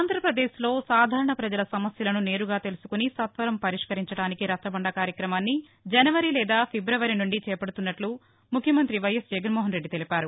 ఆంధ్రాపదేశ్లో సాధారణ ప్రజల నమస్యలను నేరుగా తెలుసుకుని నత్వరం పరిష్కరించడానికి రచ్చబండ కార్యక్రమాన్ని జనవరి లేదా ఫిబ్రవరి నుండి చేపడుతున్నట్లు ముఖ్యమంతి వైఎస్ జగన్మోహన్ రెడ్డి తెలిపారు